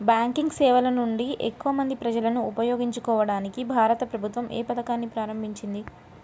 Banking సేవల నుండి ఎక్కువ మంది ప్రజలను ఉపయోగించుకోవడానికి భారత ప్రభుత్వం ఏ పథకాన్ని ప్రారంభించింది?